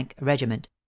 regiment